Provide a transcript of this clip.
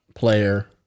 player